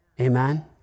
Amen